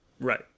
right